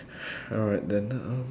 alright then um